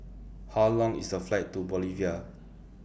How Long IS The Flight to Bolivia